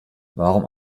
warum